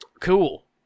Cool